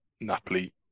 Napoli